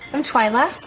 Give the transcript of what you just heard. i'm twyla.